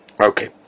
Okay